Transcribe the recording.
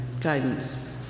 guidance